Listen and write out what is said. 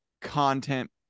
content